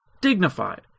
dignified